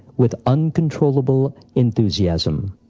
with uncontrollable enthusiasm.